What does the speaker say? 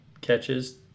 catches